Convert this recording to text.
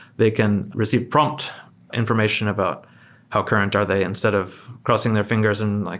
they can receive prompt information about how current are they instead of crossing their fingers and like,